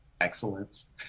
excellence